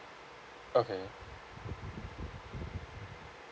okay